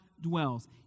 dwells